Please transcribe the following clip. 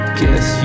guess